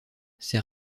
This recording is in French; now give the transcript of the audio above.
ses